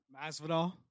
Masvidal